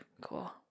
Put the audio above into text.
cool